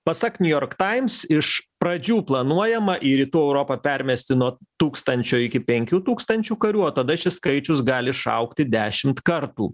pasak niujork taims iš pradžių planuojama į rytų europą permesti nuo tūkstančio iki penkių tūkstančių karių o tada šis skaičius gali išaugti dešimt kartų